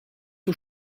aux